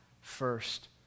first